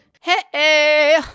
Hey